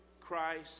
Christ